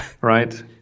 Right